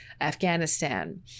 Afghanistan